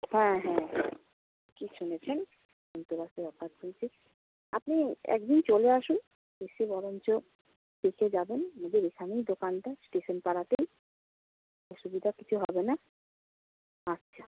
হ্যাঁ হ্যাঁ ঠিক শুনেছেন ধনতেরাসের অফার চলছে আপনি একদিন চলে আসুন এসে বরঞ্চ দেখে যাবেন আমাদের এখানেই দোকানটা স্টেশন পাড়াতেই অসুবিধা কিছু হবে না আচ্ছা